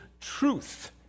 truth